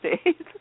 states